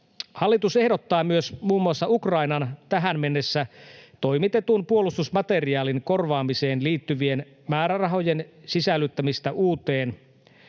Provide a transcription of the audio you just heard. Hallitus ehdottaa myös muun muassa Ukrainaan tähän mennessä toimitetun puolustusmateriaalin korvaamiseen liittyvien määrärahojen sisällyttämistä uuteen